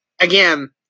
again